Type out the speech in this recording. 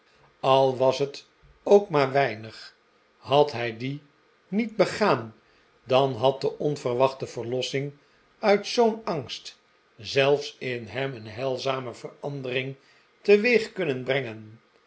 al was het verloren ook maar weinig had hi uie niet begaan dan had de onverwachte verlossing uit zoo'n angst zelfs in hem een heilzame verandering teweeg kunnen brengen